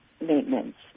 maintenance